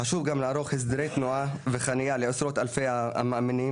חשוב גם לערוך הסדרי תנועה וחניה לעשרות אלפי המאמינים.